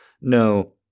No